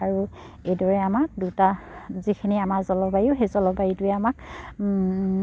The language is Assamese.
আৰু এইদৰে আমাক দুটা যিখিনি আমাৰ জলবায়ু সেই জলবায়ুটোৱে আমাক